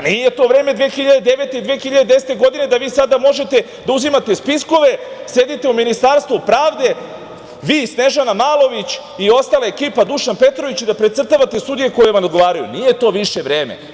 Nije to vreme 2009. i 2010. godine, pa da vi možete da uzimate spiskove, sedite u Ministarstvu pravde, vi, Snežana Malović i ostala ekipa, Dušan Petrović i da precrtavate sudije koji vam odgovaraju, nije to više isto vreme.